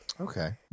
Okay